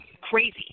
crazy